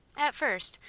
at first,